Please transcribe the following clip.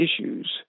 issues